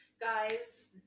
guys